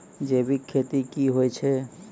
जैविक खेती की होय छै?